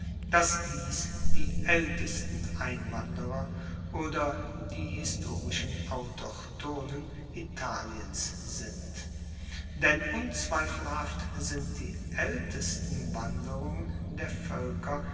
dass dies die aeltesten einwanderer oder die historischen autochthonen italiens sind denn unzweifelhaft sind die aeltesten wanderungen der voelker